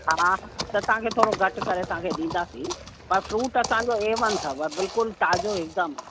हा हा त तव्हांखे थोरो घटि करे तव्हांखे ॾींदासीं पर फ्रूट असांजो एवन अथव बिल्कुलु तव्हांजो हिकदमि